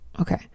Okay